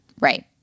Right